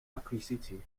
acquisitie